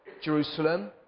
Jerusalem